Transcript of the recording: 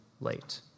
late